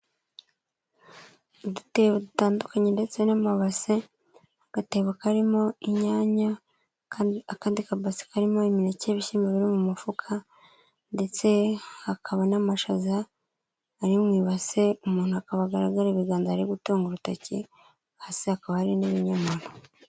Udutebo dutandukanye ndetse n'amabase, agatebo karimo inyanya, akandi kabase karimo imineke, ibiishyimbo biri mu mufuka ndetse hakaba n'amashaza ari mu ibase, umuntu akaba agaragara ibiganza ari gutunga urutoki hasi hakaba hari n'ibinyomoro.